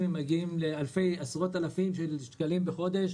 מוטלים קנסות בהיקף של עשרות אלפי שקלים בחודש.